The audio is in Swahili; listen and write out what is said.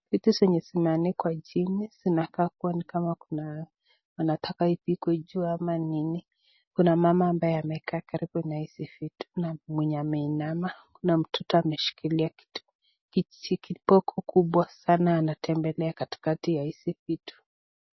Vitu zenye zimeanikwa chini zinakaa kama kuna wanataka ipikwe juu kuna mama ambaye amekaa karibu na hizi vitu, kuna mwenye ameinama na mtoto ameshikilia kiti , kijitu kubwa sana anatembea katikati ya hizi vitu.